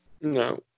No